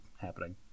happening